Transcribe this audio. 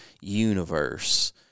universe